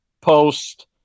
post